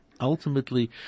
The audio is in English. Ultimately